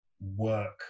work